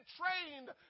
trained